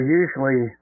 usually